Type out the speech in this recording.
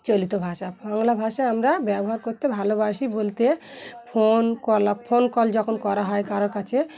চলিত ভাষা বাংলা ভাষা আমরা ব্যবহার করতে ভালোবাসি বলতে ফোন কল ফোন কল যখন করা হয় কারোর কাছে